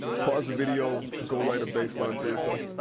pause the video, go write a bass line for yourself.